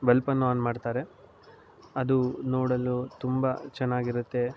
ಬಲ್ಪನ್ನು on ಮಾಡ್ತಾರೆ ಅದು ನೋಡಲು ತುಂಬ ಚೆನ್ನಾಗಿರುತ್ತೆ